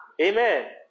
Amen